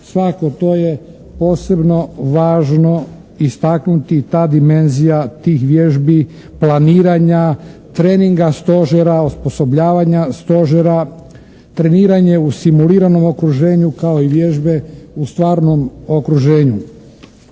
Svakako, to je posebno važno istaknuti ta dimenzija tih vježbi, planiranja, treninga, stožera, osposobljavanja stožera, treniranje u simuliranom okruženju kao i vježbe u stvarnom okruženju.